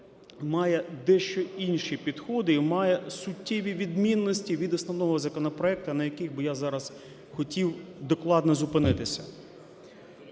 має дещо інші підходи і має суттєві відмінності від основного законопроекту, на яких би я зараз хотів докладно зупинитися.